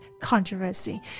Controversy